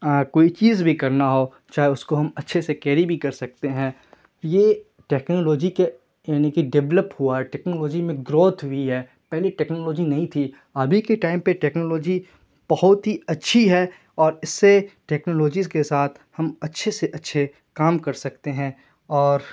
کوئی چیز بھی کرنا ہو چاہے اس کو ہم اچھے سے کیری بھی کر سکتے ہیں یہ ٹیکنالوجی کے یعنی کہ ڈیولپ ہوا ٹیکنالوجی میں گروتھ ہوئی ہے پہلے ٹیکنالوجی نہیں تھی ابھی کے ٹائم پہ ٹیکنالوجی بہت ہی اچھی ہے اور اس سے ٹیکنالوجیز کے ساتھ ہم اچھے سے اچھے کام کر سکتے ہیں اور